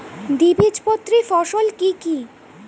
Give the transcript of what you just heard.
দ্বিবীজপত্রী ফসল কি কি?